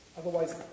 otherwise